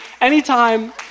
anytime